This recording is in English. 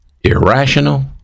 irrational